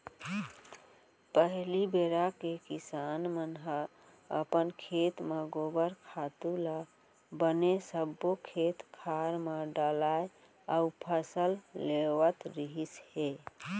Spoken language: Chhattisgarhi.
पहिली बेरा के किसान मन ह अपन खेत म गोबर खातू ल बने सब्बो खेत खार म डालय अउ फसल लेवत रिहिस हे